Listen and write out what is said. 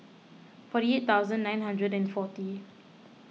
forty eight thousand nine hundred and forty